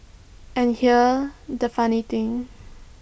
and here the funny thing